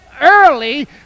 early